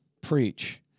preach